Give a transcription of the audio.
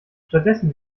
stattdessen